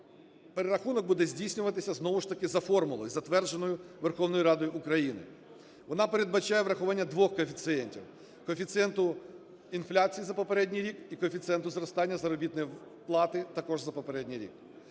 Перерахунок буде здійснюватися знову ж таки за формулою, затвердженою Верховною Радою України. Вона передбачає врахування двох коефіцієнтів: коефіцієнту інфляції за попередній рік і коефіцієнту зростання заробітної плати також за попередній рік.